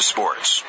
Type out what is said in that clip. Sports